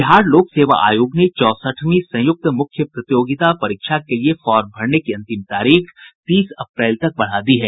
बिहार लोक सेवा आयोग ने चौसठवीं संयुक्त मुख्य प्रतियोगिता परीक्षा के लिए फार्म भरने की अंतिम तारीख तीस अप्रैल तक बढ़ा दी है